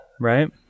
right